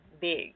big